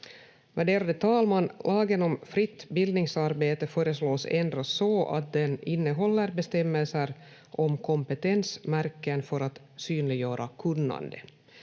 Värderade talman! Lagen om fritt bildningsarbete föreslås ändras så att den innehåller bestämmelser om kompetensmärken för att synliggöra kunnande.